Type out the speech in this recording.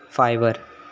fibre